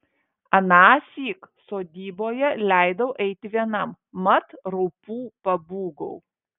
anąsyk sodyboje leidau eiti vienam mat raupų pabūgau